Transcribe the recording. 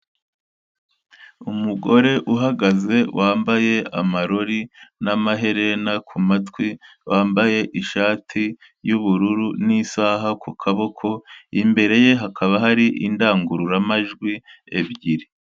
Umugore uhagaze wambaye amarori n'amaherena ku matwi, wambaye ishati y'ubururu n'isaha ku kaboko; imbere ye hakaba hari indangururamajwi ebyiri.